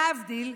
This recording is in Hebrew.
להבדיל,